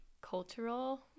cultural